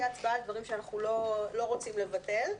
הצבעה על דברים שאנחנו לא רוצים לבטל.